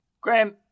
Graham